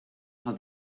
how